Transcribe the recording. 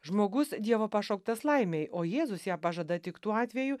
žmogus dievo pašauktas laimei o jėzus ją pažada tik tuo atveju